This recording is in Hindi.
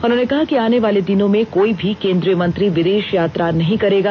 उन्होंने कहा कि आने वाले दिनों में कोई भी केंद्रीय मंत्री विदेश यात्रा नहीं करेगा